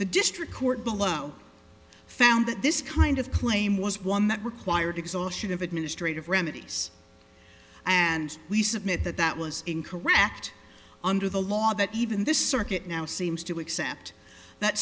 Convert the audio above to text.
the district court below found that this kind of claim was one that required exhaustion of administrative remedies and we submit that that was incorrect under the law that even this circuit now seems to accept that